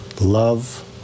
love